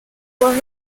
por